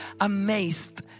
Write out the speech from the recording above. amazed